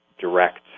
direct